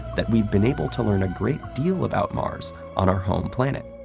that we've been able to learn a great deal about mars on our home planet.